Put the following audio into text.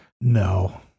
No